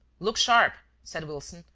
look sharp! said wilson,